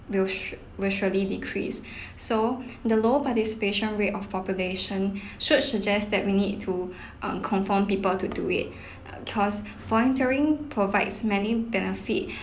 will sur~ will surely decrease so the low participation rate of population should suggest that we need to um conform people to do it cause volunteering provides many benefit